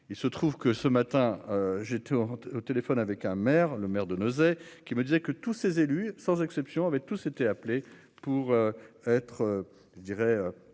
Il se trouve que ce matin j'étais au téléphone avec un maire, le maire de Nozay qui me disait que tous ces élus sans exception avaient tous été appelé pour être je dirais